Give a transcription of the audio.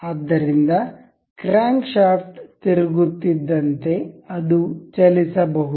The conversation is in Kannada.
ಆದ್ದರಿಂದ ಕ್ರ್ಯಾಂಕ್ ಶಾಫ್ಟ್ ತಿರುಗುತ್ತಿದ್ದಂತೆ ಅದು ಚಲಿಸಬಹುದು